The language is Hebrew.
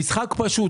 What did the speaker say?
המשחק פשוט.